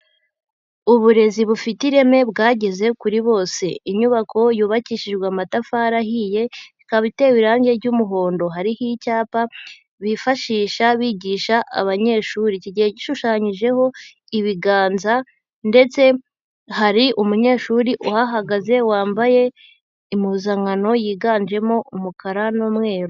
Uburezi bufite ireme bwageze kuri bose, inyubako yubakishijwe amatafari ahiye ikaba itewe irange ry'umuhondo, hariho icyapa bifashisha bigisha abanyeshuri kigiye gishushanyijeho ibiganza ndetse hari umunyeshuri uhahagaze wambaye impuzankano yiganjemo umukara n'umweru.